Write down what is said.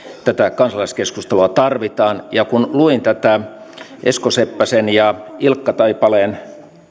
tätä kansalaiskeskustelua tarvitaan ja kun luin tätä esko seppäsen ja ilkka taipaleen